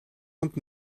ond